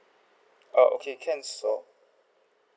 err okay can so